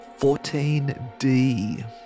14D